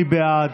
מי בעד?